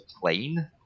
plane